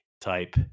type